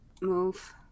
move